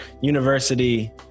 university